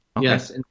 Yes